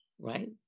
right